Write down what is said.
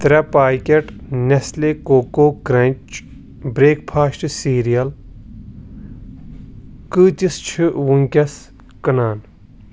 ترٛےٚ packet Nestle Koko Krunch breakfast cereal قۭتِس چھِ وٕنکیٚنَس کٕنان